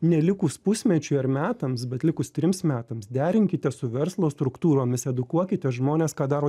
ne likus pusmečiui ar metams bet likus trims metams derinkite su verslo struktūromis edukuokite žmones ką daro